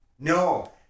no